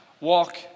walk